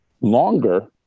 longer